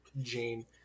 gene